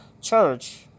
church